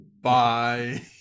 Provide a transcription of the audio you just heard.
Bye